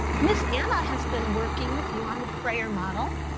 ms. anna has been working with you on the frayer model.